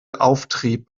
auftrieb